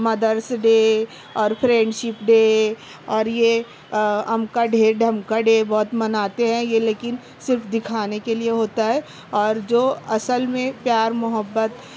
مدرس ڈے اور friendship day اور یہ ام کا ڈھے ڈم کا ڈے بہت مناتے ہیں یہ لیکن صرف دکھانے کے لیے ہوتا ہے اور جو اصل میں پیار محبت